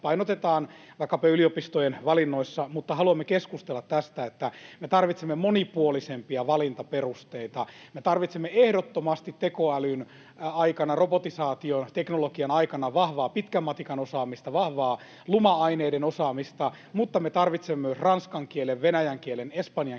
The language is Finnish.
painotetaan vaikkapa yliopistojen valinnoissa, mutta haluamme keskustella tästä, että me tarvitsemme monipuolisempia valintaperusteita, me tarvitsemme ehdottomasti tekoälyn aikana, robotisaation, teknologian aikana, vahvaa pitkän matikan osaamista, vahvaa luma-aineiden osaamista, mutta me tarvitsemme myös ranskan kielen, venäjän kielen, espanjan kielen,